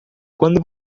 quando